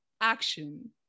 action